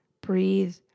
breathe